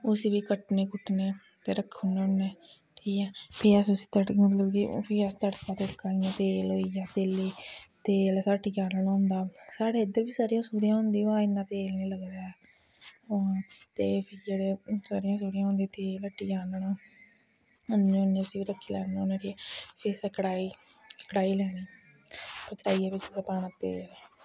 उसी फ्ही कट्टने कुट्टने ते रक्खी ओड़ने होन्ने ठीक ऐ फ्ही अस उसी मतलब कि ओह् बी तड़का तुड़का इ'यां तेल होई गेआ तेल असें हट्टिया दा आह्नना होंदा साढ़े इद्धर बी सरेआं सुरेआं होंदी बा इन्ना तेल निं लगदा ऐ हून ते फ्ही सरेआं सुरेआं होंदी तेल हट्टिया दा आह्नना आह्ननने होन्ने उसी रक्खी लैन्ने होन्ने फ्ही फ्ही असें कड़ाही कड़ाही लैनी ते कड़ाहियै बिच्च पाना तेल